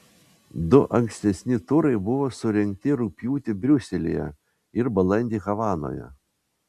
du ankstesni turai buvo surengti rugpjūtį briuselyje ir balandį havanoje